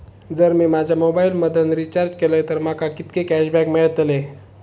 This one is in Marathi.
जर मी माझ्या मोबाईल मधन रिचार्ज केलय तर माका कितके कॅशबॅक मेळतले?